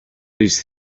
these